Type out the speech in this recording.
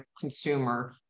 consumer